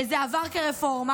וזה עבר כרפורמה,